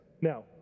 Now